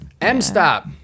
M-Stop